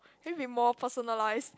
then we more personalize